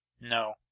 No